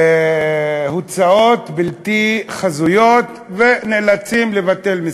הוצאות בלתי חזויות, ונאלצים לבטל מסים.